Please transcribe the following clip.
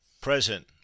Present